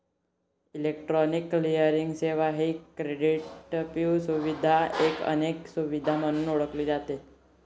electronic clearing सेवा ही क्रेडिटपू सुविधा किंवा एक ते अनेक सुविधा म्हणून ओळखली जाते